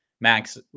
Max